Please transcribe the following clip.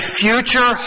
future